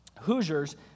Hoosiers